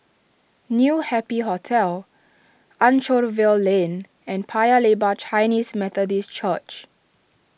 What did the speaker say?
New Happy Hotel Anchorvale Lane and Paya Lebar Chinese Methodist Church